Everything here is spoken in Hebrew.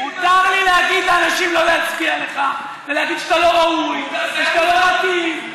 מותר לי להגיד לאנשים לא להצביע לך ולהגיד שאתה לא ראוי ושאתה לא מתאים.